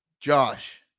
Josh